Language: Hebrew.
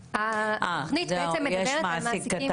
התוכנית בעצם מדברת על מעסיקים,